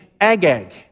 Agag